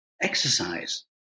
exercise